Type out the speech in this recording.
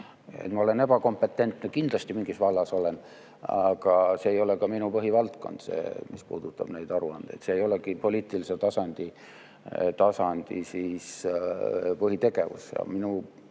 Ma olen ebakompetentne kindlasti mingis vallas. Aga see ei ole ka minu põhivaldkond, mis puudutab neid aruandeid, see ei olegi poliitilise tasandi põhitegevus.